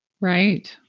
right